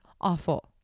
awful